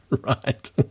Right